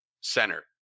center